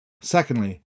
Secondly